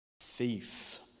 thief